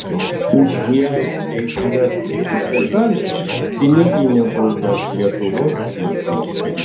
už į aikštę įsiveržusį sirgalių piniginė bauda lietuvos rytui